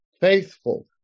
faithful